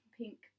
pink